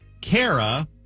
Kara